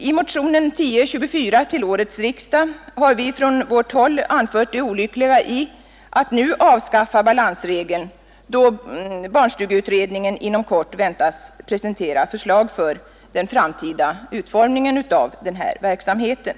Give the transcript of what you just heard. I motionen 1024 till årets riksdag har vi från vårt håll pekat på det olyckliga i att nu avskaffa balansregeln, då barnstugeutredningen inom kort väntas presentera förslag till den framtida utformningen av den här verksamheten.